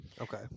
Okay